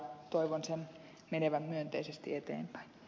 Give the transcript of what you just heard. toivon sen menevän myönteisesti eteenpäin